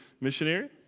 missionary